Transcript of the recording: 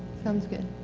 sounds good.